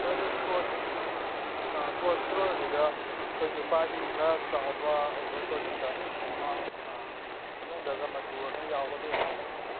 ꯍꯣꯏ ꯑꯗꯣ ꯀꯣꯠ ꯑꯥ ꯀꯣꯠꯇꯣ ꯑꯗꯨꯗꯥ ꯑꯩꯈꯣꯏ ꯅꯨꯄꯥꯒꯤ ꯈꯔ ꯆꯥꯎꯕ ꯑꯣꯕꯔ ꯀꯣꯠꯀꯤꯗ ꯑꯃ ꯑꯥ ꯃꯅꯨꯡꯗꯒ ꯃꯇꯨꯒ ꯈꯔ ꯌꯥꯎꯕ ꯑꯗꯨꯒꯨꯝꯕꯗꯣ ꯂꯩꯒꯗ꯭ꯔ